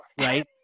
right